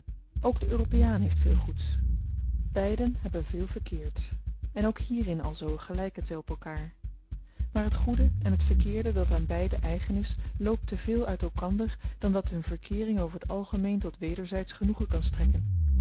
ook de europeaan heeft veel goeds beiden hebben veel verkeerds en ook hierin alzoo gelyken zy op elkaar maar t goede en t verkeerde dat aan beiden eigen is loopt te veel uit elkander dan dat hun verkeering over t algemeen tot wederzydsch genoegen kan strekken